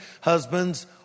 Husbands